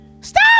stop